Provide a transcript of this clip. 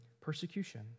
persecution